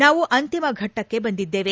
ನಾವು ಅಂತಿಮ ಘಟ್ಟಕ್ಕೆ ಬಂದಿದ್ದೇವೆ